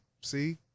see